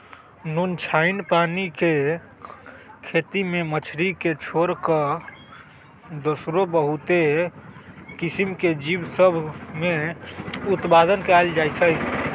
नुनछ्राइन पानी के खेती में मछरी के छोर कऽ दोसरो बहुते किसिम के जीव सभ में उत्पादन कएल जाइ छइ